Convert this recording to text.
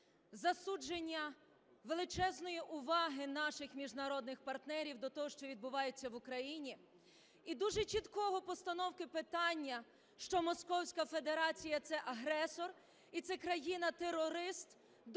засудження величезної уваги наших міжнародних партнерів до того, що відбувається в Україні, і дуже чіткої постановки питання, що московська федерація – це агресор і це країна-терорист,